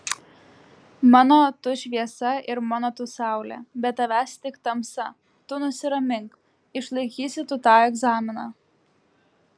mano tu šviesa ir mano tu saulė be tavęs tik tamsa tu nusiramink išlaikysi tu tą egzaminą